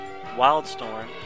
Wildstorm